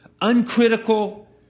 uncritical